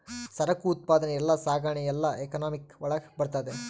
ಸರಕು ಉತ್ಪಾದನೆ ಇಲ್ಲ ಸಾಗಣೆ ಎಲ್ಲ ಎಕನಾಮಿಕ್ ಒಳಗ ಬರ್ತದೆ